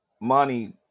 money